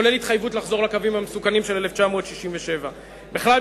כולל התחייבות לחזור לקווים המסוכנים של 1967. בכלל,